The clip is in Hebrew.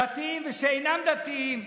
דתיים ושאינם דתיים,